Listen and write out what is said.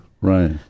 Right